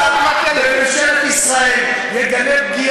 חבר הכנסת סעדי, כפי